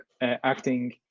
acting